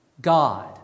God